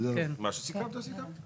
זה בדיוק מה שרציתי לשאול קודם.